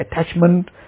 attachment